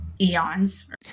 eons